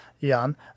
Jan